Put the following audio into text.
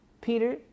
peter